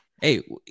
Hey